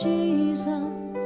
Jesus